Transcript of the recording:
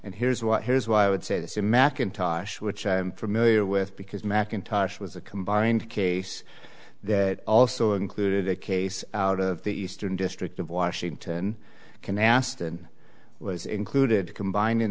and here's what here's what i would say that's a macintosh which i am familiar with because macintosh was a combined case that also included a case out of the eastern district of washington canasta and was included combined in